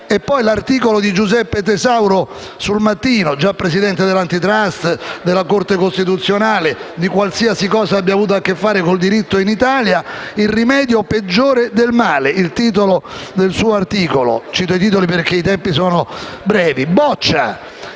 su «Il Mattino» di Giuseppe Tesauro, già presidente dell'*Antitrust*, della Corte costituzionale e di qualsiasi cosa abbia avuto a che fare con il diritto in Italia: «Il rimedio è peggiore del male», è il titolo del suo articolo. Cito i titoli perché i tempi sono brevi. Boccia,